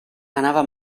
anava